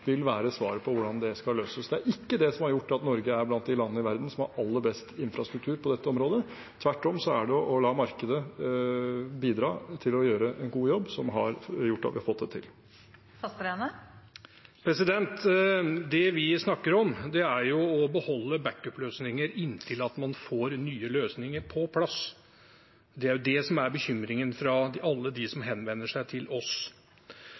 vil være svaret på hvordan det skal løses. Det er ikke det som har gjort at Norge er blant de landene i verden som har aller best infrastruktur på dette området. Tvert om er det det å la markedet bidra til å gjøre en god jobb som har gjort at vi har fått det til. Det vi snakker om, er å beholde backupløsninger inntil man får nye løsninger på plass. Det er det som er bekymringen fra alle dem som henvender seg til oss.